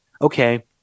okay